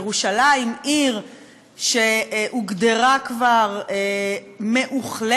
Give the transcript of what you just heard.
ירושלים עיר שהוגדרה כבר מאוחלקת,